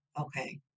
Okay